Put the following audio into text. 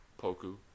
Poku